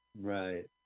Right